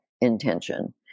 intention